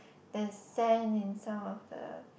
there's sand in some of the